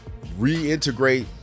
reintegrate